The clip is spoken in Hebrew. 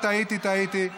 טעיתי, טעיתי.